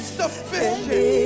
sufficient